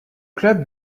club